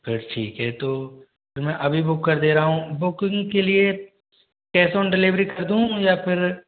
फिर ठीक है तो फिर मैं अभी बुक कर दे रहा हूँ बुकिंग के लिए कैश ऑन डिलिवरी कर दूँ या फिर